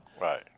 Right